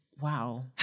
wow